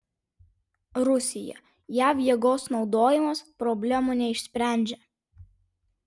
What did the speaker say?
rusija jav jėgos naudojimas problemų neišsprendžia